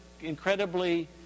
incredibly